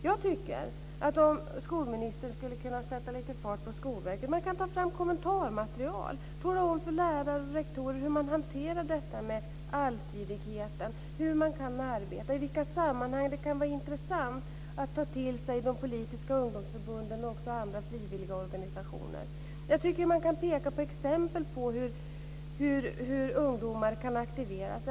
Jag tycker att skolministern kan sätta fart på Skolverket, t.ex. ta fram kommentarmaterial om hur lärare och rektorer kan hantera allsidighet, i vilka sammanhang det kan vara intressant att ta dit de politiska ungdomsförbunden och andra frivilligorganisationer. Det går att peka på exempel på hur ungdomar kan aktiveras.